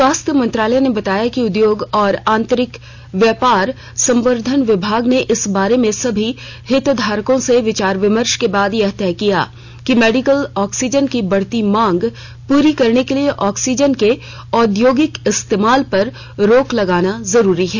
स्वास्थ्य मंत्रालय ने बताया कि उद्योग और आंतरिक व्यापार संवर्द्धन विभाग ने इस बारे में सभी हितधारकों से विचार विमर्श के बाद यह तय किया कि मेडिकल ऑक्सीजन की बढती मांग पुरी करने के लिए ऑक्सीजन के औद्योगिक इस्तेमाल पर रोक लगाना जरूरी है